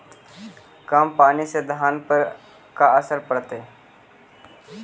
कम पनी से धान पर का असर पड़तायी?